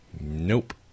Nope